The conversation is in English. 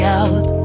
out